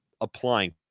applying